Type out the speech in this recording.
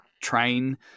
train